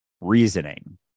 reasoning